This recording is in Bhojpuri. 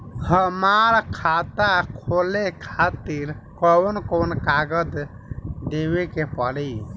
हमार खाता खोले खातिर कौन कौन कागज देवे के पड़ी?